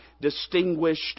distinguished